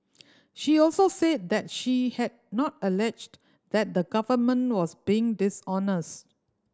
she also said that she had not alleged that the Government was being dishonest